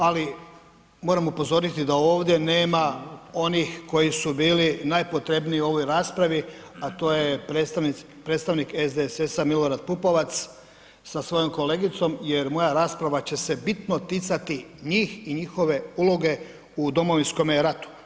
Ali moram upozoriti da ovdje nema onih koji su bili najpotrebniji ovoj raspravi, a to je predstavnik SDSS-a Milorad Pupovac sa svojom kolegicom, jer moja rasprava će se bitno ticati njih i njihove uloge u Domovinskome ratu.